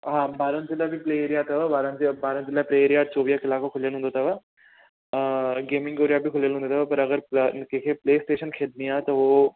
हा ॿारनि जे लाइ बि प्ले एरिआ अथव ॿारनि जे ॿारनि प्ले एरिआ चोवीह कलाक खुलियलु हूंदो अथव अ गेमिंग एरिआ बि खुलियलु हूंदो अथव पर अगरि केतिरनि कंहिंखे प्ले स्टेशन खेॾणी आहे त उहो